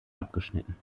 abgeschnitten